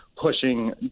pushing